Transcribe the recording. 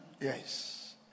Yes